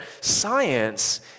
science